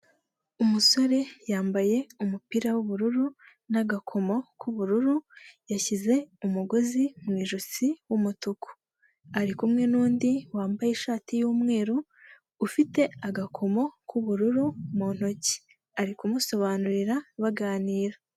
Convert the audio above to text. Umusore yambaye umupira w'ubururu n'agakomo k'ubururu, yashyize umugozi mu ijosi w'umutuku, arikumwe n'undi wambaye ishati y'umweru ufite agakomo k'ubururu mu ntoki, ari kumusobanurira baganira.